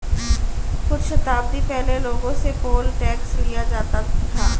कुछ शताब्दी पहले लोगों से पोल टैक्स लिया जाता था